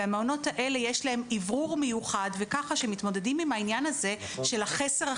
למעונות האלה יש אוורור מיוחד וכך מתמודדים עם החסר החיסוני.